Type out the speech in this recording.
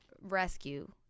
rescue